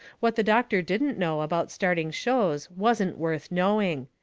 what the doctor didn't know about starting shows wasn't worth knowing.